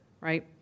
right